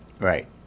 Right